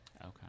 Okay